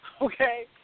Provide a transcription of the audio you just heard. Okay